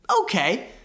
Okay